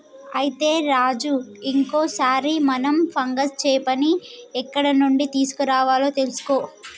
అయితే రాజు ఇంకో సారి మనం ఫంగస్ చేపని ఎక్కడ నుండి తీసుకురావాలో తెలుసుకో